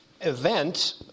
event